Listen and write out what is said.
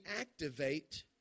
activate